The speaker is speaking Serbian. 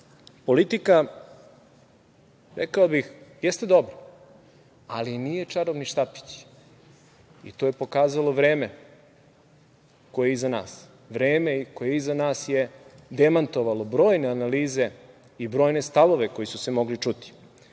politika, rekao bih, jeste dobra ali nije čarobni štapić. To je pokazalo vreme koje je iza nas. Vreme koje je iza nas je demantovalo brojne analize i brojne stavove koji su se mogli